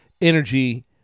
energy